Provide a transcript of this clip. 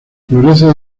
florece